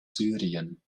syrien